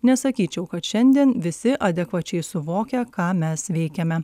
nesakyčiau kad šiandien visi adekvačiai suvokia ką mes veikiame